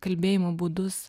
kalbėjimo būdus